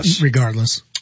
Regardless